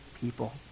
people